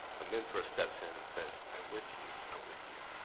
a mentor steps in and says, i'm with you, i'm with you.